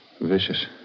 Vicious